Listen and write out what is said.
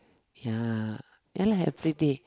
ya ya lah everyday